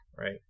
Right